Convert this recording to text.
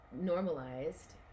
normalized